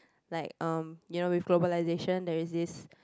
like um you know with globalization there is this